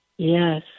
Yes